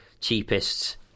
cheapest